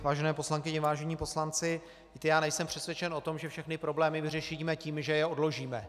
Vážené poslankyně, vážení poslanci, já nejsem přesvědčen o tom, že všechny problémy vyřešíme tím, že je odložíme.